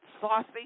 saucy